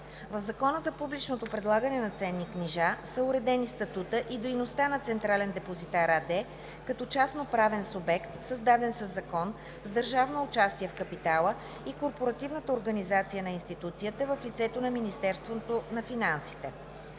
В Закона за публичното предлагане на ценни книжа са уредени статутът и дейността на „Централен депозитар“ АД като частноправен субект, създаден със закон, с държавно участие в капитала и корпоративната организация на институцията в лицето на Министерството на финансите.